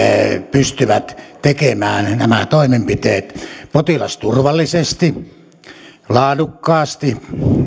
pystyvät tekemään nämä toimenpiteet potilasturvallisesti laadukkaasti